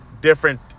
different